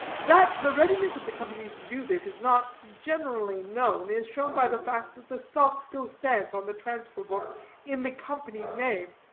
that the readiness of the company to do this is not generally known, is shown by the fact that the stock still stands on the transfer-book in the company's name,